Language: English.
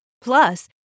Plus